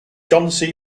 john